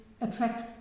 attract